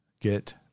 get